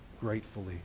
gratefully